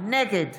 נגד